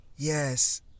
Yes